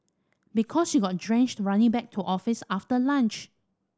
because you got drenched running back to office after lunch